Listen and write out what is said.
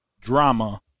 drama